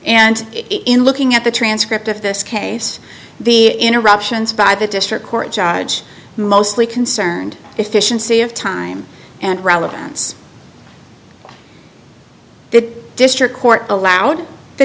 and in looking at the transcript of this case the interruptions by the district court judge mostly concerned it's see of time and relevance the district court allowed the